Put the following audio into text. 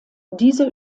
dieser